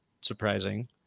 surprising